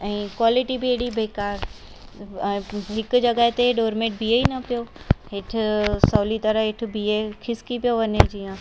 ऐं क्वालिटी बि एॾी बेकारु ऐं हिक जॻह ते डोरमेट बीहे ई न पियो हेठि सवली तरह हेठि बीहे खिसकी थो वञे जीअं